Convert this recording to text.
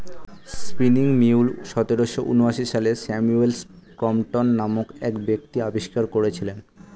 spinning mule সতেরোশো ঊনআশি সালে স্যামুয়েল ক্রম্পটন নামক এক ব্যক্তি আবিষ্কার করেছিলেন